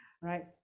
right